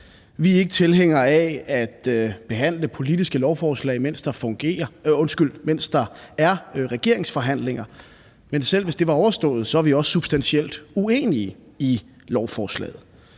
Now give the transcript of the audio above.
Vi er ikke tilhængere af at behandle politiske lovforslag, mens der er regeringsforhandlinger. Men selv hvis det var overstået, er vi også substantielt uenige i lovforslaget.